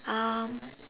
um